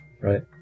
right